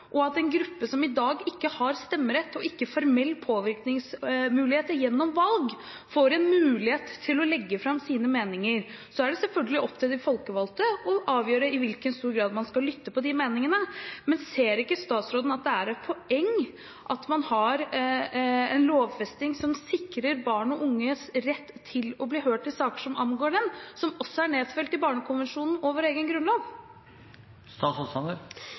og at en gruppe som i dag ikke har stemmerett og ikke formell påvirkningsmulighet gjennom valg, får en mulighet til å legge fram sine meninger. Så er det selvfølgelig opp til de folkevalgte å avgjøre i hvilken grad man skal lytte til de meningene. Men ser ikke statsråden at det er et poeng at man har en lovfesting som sikrer barn og unges rett til å bli hørt i saker som angår dem, og som også er nedfelt i Barnekonvensjonen og i vår egen grunnlov?